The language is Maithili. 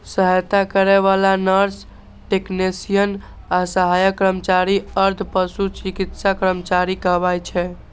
सहायता करै बला नर्स, टेक्नेशियन आ सहायक कर्मचारी अर्ध पशु चिकित्सा कर्मचारी कहाबै छै